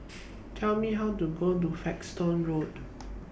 Please Tell Me How to get to Folkestone Road